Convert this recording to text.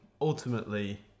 ultimately